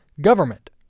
government